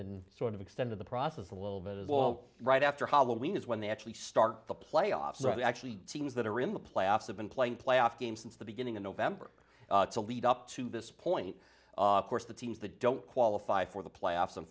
and sort of extended the process a little bit as well right after halloween is when they actually start the playoffs are they actually teams that are in the playoffs have been playing playoff games since the beginning in november to lead up to this point course the teams that don't qualify for the playoffs